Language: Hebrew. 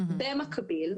במקביל,